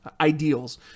ideals